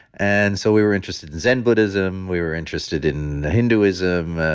and so we were interested in zen buddhism, we were interested in hinduism,